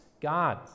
God